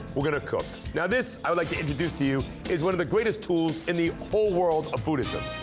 we're gonna cook. now this, i would like to introduce to you, is one of the greatest tools in the whole world of buddhism.